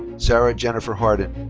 sarah jennifer hardin.